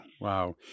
wow